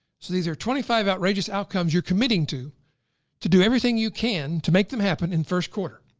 so these are twenty five outrageous outcomes you're committing to to do everything you can to make them happen in first quarter